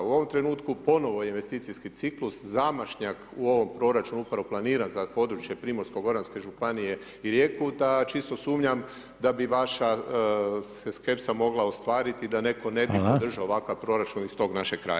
U ovom trenutku ponovo je investicijski ciklus zamašnjak u ovom proračunu upravo planiran za područje Primorsko-goranske županije i Rijeku da čisto sumnjam da bi vaša se skepsa mogla ostvariti da neko ne bi podržao [[Upadica: Hvala.]] ovakav proračun iz tog našeg kraja.